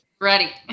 Ready